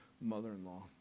mother-in-law